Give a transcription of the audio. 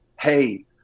hey